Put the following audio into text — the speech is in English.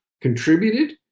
contributed